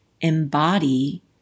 embody